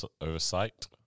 oversight